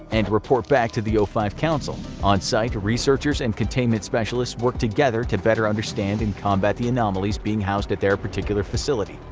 and report back to the o five council. on site, researchers and containment specialists work together to better understand and combat the anomalies being housed at their particular facility.